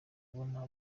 ubona